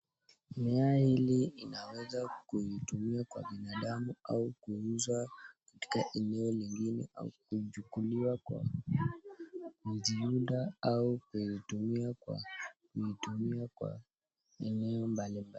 Yai hili inaweza kuitumia kwa binadamu au kuuzwa katika eneo lingine ua kuchukuliwa kwa kuziunda au kuitumia kwa eneo mbali mbali.